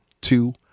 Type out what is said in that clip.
two